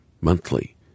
monthly